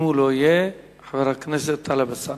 אם הוא לא יהיה, חבר הכנסת טלב אלסאנע.